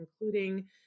including